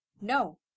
No